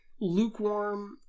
lukewarm